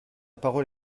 parole